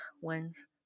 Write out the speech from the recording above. wins